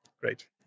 Great